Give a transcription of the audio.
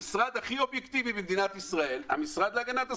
המשרד הכי אובייקטיבי במדינת ישראל המשרד להגנת הסביבה.